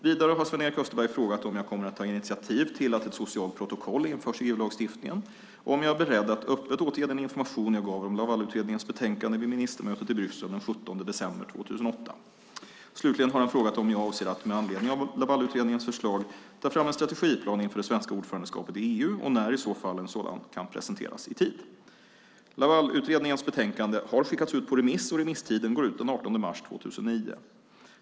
Vidare har Sven-Erik Österberg frågat om jag kommer att ta initiativ till att ett socialt protokoll införs i EU-lagstiftningen och om jag är beredd att öppet återge den information jag gav om Lavalutredningens betänkande vid ministermötet i Bryssel den 17 december 2008. Slutligen har han frågat om jag avser att, med anledning av Lavalutredningens förslag, ta fram en strategiplan inför det svenska ordförandeskapet i EU och när i så fall en sådan kan presenteras i tid. Lavalutredningens betänkande har skickats ut på remiss, och remisstiden går ut den 18 mars 2009.